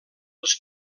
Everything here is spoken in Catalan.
els